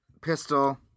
pistol